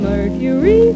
Mercury